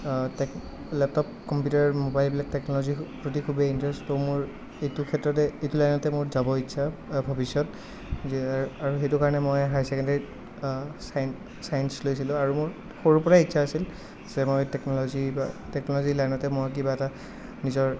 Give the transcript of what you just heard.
laptop computer mobile টেকন'লজিৰ প্ৰতি খুৱেই ইন্টাৰেষ্ট তো মোৰ এইটো ক্ষেত্ৰতে এইটো লাইনতে মোৰ যাব ইচ্ছা ভৱিষ্যত যে আৰু সেইটো কাৰণে মই হায়াৰ ছেকেণ্ডাৰী ছাইন্স ছাইন্স লৈছিলোঁ আৰু মোৰ সৰুৰ পৰাই ইচ্ছা আছিল যে মই টেকন'লজি লোৱা টেকন'লজি লাইনতে মই কিবা এটা নিজৰ